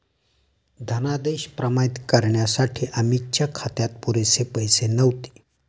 धनादेश प्रमाणित करण्यासाठी अमितच्या खात्यात पुरेसे पैसे नव्हते